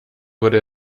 wurde